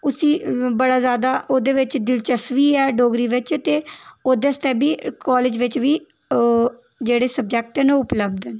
उसी बड़ा ज्यादा ओह्दे बिच दिलचस्पी ऐ डोगरी बिच्च ते ओह् दस्सी सकदा कालेज बिच्च बी जेह्ड़े सब्जेक्ट न ओह् उपलब्ध न